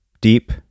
deep